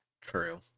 True